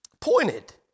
pointed